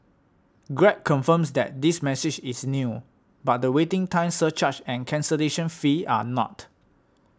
Grab confirms that this message is new but the waiting time surcharge and cancellation fee are not